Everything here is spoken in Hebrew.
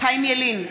חיים ילין,